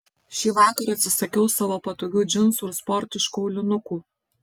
šįvakar atsisakiau savo patogių džinsų ir sportiškų aulinukų